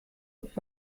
und